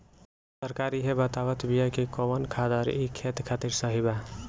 सरकार इहे बतावत बिआ कि कवन खादर ई खेत खातिर सही बा